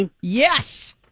Yes